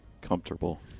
comfortable